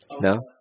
No